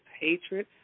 hatred